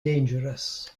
dangerous